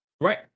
Right